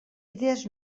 idees